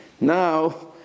Now